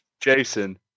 Jason